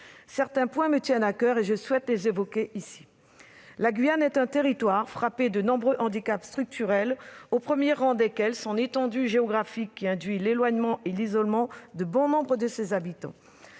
certains points qui me tiennent à coeur. La Guyane est un territoire frappé de nombreux handicaps structurels, au premier rang desquels son étendue géographique, qui induit l'éloignement et l'isolement de bon nombre de ses habitants.